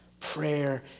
prayer